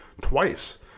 twice